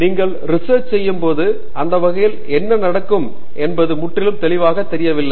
நீங்கள் ரிசெர்ச் செய்யும்போது அந்த வேலையில் என்ன நடக்கும் என்பது முற்றிலும் தெளிவாக தெரியவில்லை